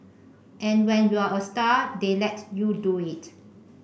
and when you're a star they let you do it